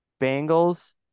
Bengals